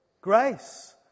grace